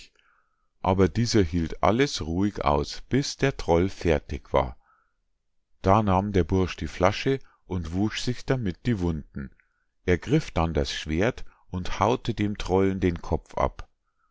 aber dieser hielt alles ruhig aus bis der troll fertig war da nahm der bursch die flasche und wusch sich damit die wunden ergriff dann das schwert und hau'te dem trollen den kopf ab